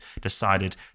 decided